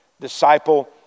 disciple